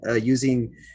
using